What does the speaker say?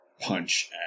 punch